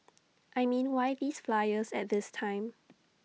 I mean why these flyers at this time